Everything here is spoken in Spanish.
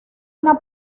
una